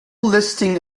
listing